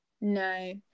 No